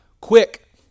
quick